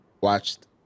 watched